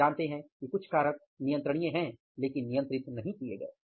हम जानते हैं कि कुछ कारक नियंत्रणीय हैं लेकिन नियंत्रित नहीं किये गए